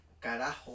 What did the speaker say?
carajo